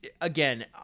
again